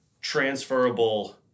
transferable